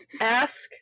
ask